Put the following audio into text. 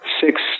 six